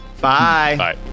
Bye